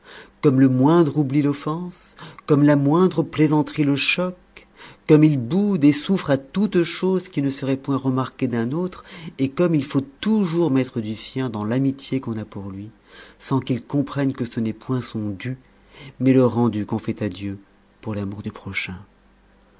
comme le moindre oubli l'offense comme la moindre plaisanterie le choque comme il boude et souffre à toute chose qui ne serait point remarquée d'un autre et comme il faut toujours mettre du sien dans l'amitié qu'on a pour lui sans qu'il comprenne que ce n'est point son dû mais le rendu qu'on fait à dieu pour l'amour du prochain